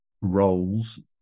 roles